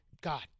God